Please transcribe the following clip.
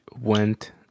went